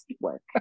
work